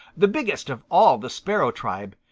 the biggest of all the sparrow tribe,